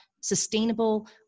sustainable